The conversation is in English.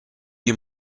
you